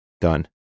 Done